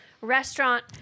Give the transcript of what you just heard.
restaurant